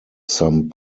some